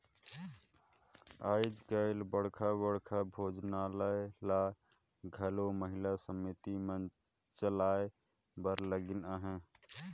आएज काएल बड़खा बड़खा भोजनालय ल घलो महिला समिति मन चलाए बर लगिन अहें